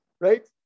right